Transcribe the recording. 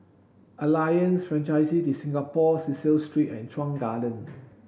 Alliance Francaise de Singapour Cecil Street and Chuan Garden